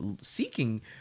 seeking